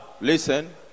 Listen